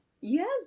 yes